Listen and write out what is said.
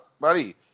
buddy